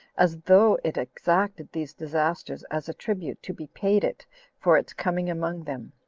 as though it exacted these disasters as a tribute to be paid it for its coming among them.